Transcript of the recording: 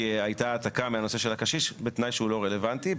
כי הייתה העתקה מהנושא של הקשיש בתנאי שהוא לא רלוונטי.